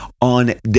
on